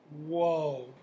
Whoa